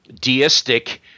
deistic –